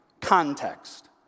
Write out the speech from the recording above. context